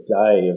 day